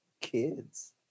kids